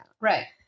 right